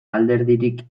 alderik